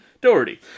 Doherty